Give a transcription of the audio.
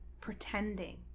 pretending